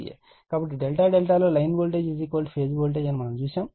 కాబట్టి ∆∆ లో line voltage phase voltage అని మనము చూసాము